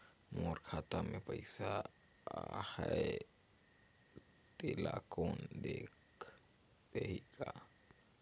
मोर खाता मे पइसा आहाय तेला कोन देख देही गा?